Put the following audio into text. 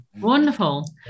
Wonderful